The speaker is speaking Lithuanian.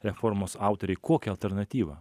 reformos autoriai kokią alternatyvą